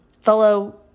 fellow